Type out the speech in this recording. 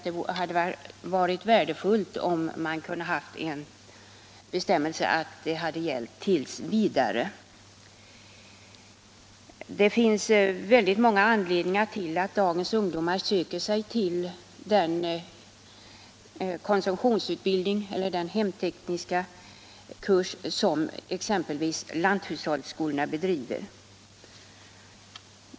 Det hade varit värdefullt om de hade gällt t. v. Det finns väldigt många anledningar till att dagens ungdomar söker sig till den konsumtionsutbildning eller hemtekniska kurs som exempelvis lanthushållsskolorna bedriver.